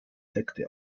sekte